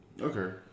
Okay